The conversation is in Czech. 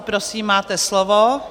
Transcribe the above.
Prosím, máte slovo.